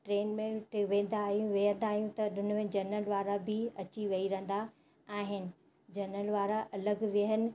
train में त वेंदा आहियूं विहंदा आहियूं त हुन में जनरल वारा बि अची विही रहंदा आहिनि जनरल वारा अलॻि विहनि